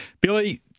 Billy